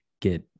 get